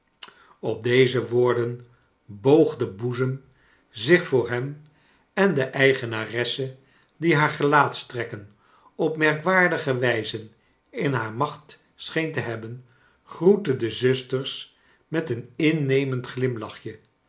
op deze woorden boog de boezem zich voor hem en de eigenaresse die haar gelaatstrekken op merkwaardige wijze in haar macht scheen te hebben groette de zusters met een innemend glimlachje